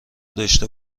داشته